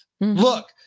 look